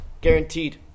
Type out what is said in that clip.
guaranteed